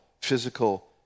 physical